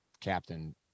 captain